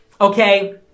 Okay